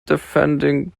defending